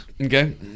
Okay